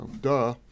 Duh